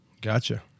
Gotcha